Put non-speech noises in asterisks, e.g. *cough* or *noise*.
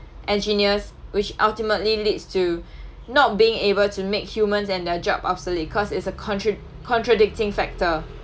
engineers which ultimately leads to *breath* not being able to make humans and their job obsolete cause it's a contr~ contradicting factor